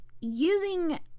using